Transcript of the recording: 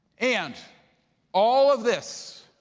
and all of this,